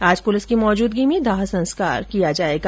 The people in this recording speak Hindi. आज पुलिस की मौजूदगी में दाह संस्कार किया जाएगा